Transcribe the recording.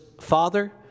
Father